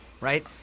right